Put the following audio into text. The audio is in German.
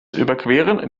überqueren